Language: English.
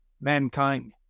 mankind